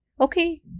okay